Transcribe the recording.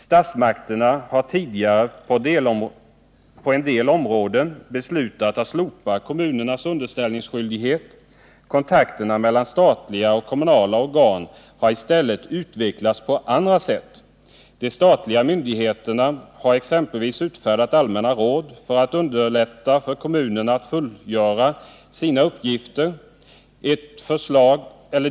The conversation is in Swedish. Statsmakterna har tidigare på en del områden beslutat att slopa kommunernas underställningsskyldighet. Kontakterna mellan statliga och kommunala organ har i stället utvecklats på andra sätt. De statliga myndigheterna har exempelvis utfärdat allmänna råd för att underlätta för kommunerna att fullgöra sina uppgifter.